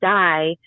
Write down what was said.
die